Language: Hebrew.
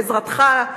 בעזרתך,